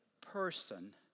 person